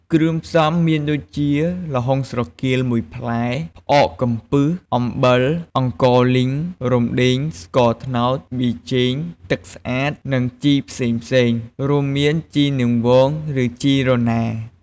គ្រឿងផ្សំមានដូចជា ល្ហុងស្រគាល ១ ផ្លែ ផ្អកកំពឹស អំបិល អង្ករលីង រំដេង ស្ករត្នោត ប៊ីចេង ទឹកស្អាត និងជីផ្សេងៗ រួមមាន ជីនាងវង ឬជីរណារ។